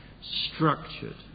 structured